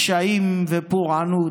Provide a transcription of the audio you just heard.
קשיים ופורענות,